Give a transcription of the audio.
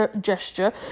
gesture